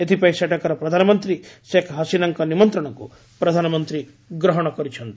ଏଥିପାଇଁ ସେଠାକାର ପ୍ରଧାନମନ୍ତ୍ରୀ ଶେଖ ହସିନାଙ୍କ ନିମନ୍ତ୍ରଣକୁ ପ୍ରଧାନମନ୍ତ୍ରୀ ଗ୍ରହଣ କରିଛନ୍ତି